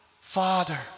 Father